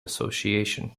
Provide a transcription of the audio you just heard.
association